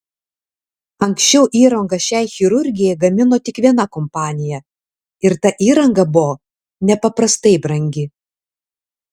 anksčiau įrangą šiai chirurgijai gamino tik viena kompanija ir ta įranga buvo nepaprastai brangi